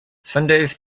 sundays